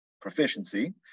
proficiency